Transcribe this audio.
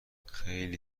خیلی